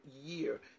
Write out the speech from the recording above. year